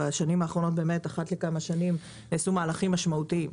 בשנים האחרונות באמת אחת לכמה שנים נעשו מהלכים משמעותיים,